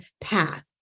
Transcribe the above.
path